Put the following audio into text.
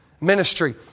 ministry